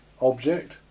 Object